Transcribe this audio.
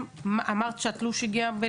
גם לי כבר נמאס,